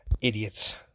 idiots